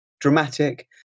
dramatic